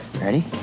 ready